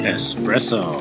Espresso